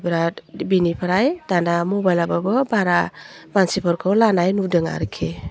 बिराद बेनिफ्राय दाना मबाइलाबाबो बारा मानसिफोरखौ लानय नुदों आरखि